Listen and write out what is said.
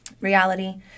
Reality